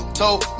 told